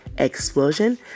explosion